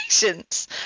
patience